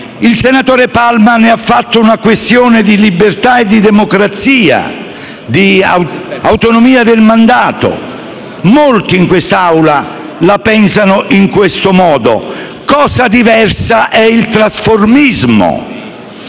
Il senatore Palma ne ha fatto una questione di libertà e di democrazia, di autonomia del mandato e molti in quest'Aula la pensano in questo modo; cosa diversa è il trasformismo.